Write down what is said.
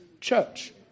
church